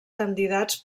candidats